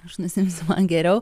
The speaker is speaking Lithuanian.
aš nusiimsiu man geriau